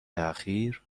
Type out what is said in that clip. اخیر